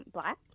Black